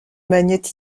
maniait